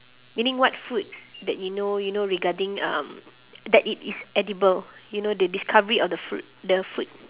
meaning what food that you know you know regarding um that it is edible you know the discovery of the fruit the food